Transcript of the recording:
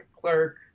Clerk